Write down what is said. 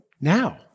now